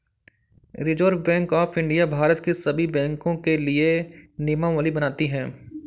reserve Bank of India Bharat के सभी बैंकों के लिए नियमावली बनाती है